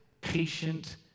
patient